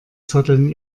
zotteln